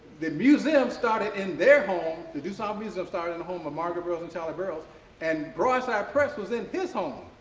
the museum started in their home, the dusable ah museum started in the home of margaret burroughs and charlie burroughs and broadside press was in his home,